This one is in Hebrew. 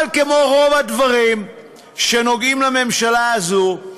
אבל כמו רוב הדברים שנוגעים לממשלה הזאת,